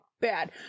bad